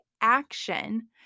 action